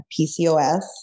PCOS